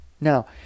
Now